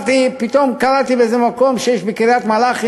פתאום קראתי באיזה מקום שיש בקריית-מלאכי